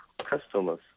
customers